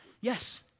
Yes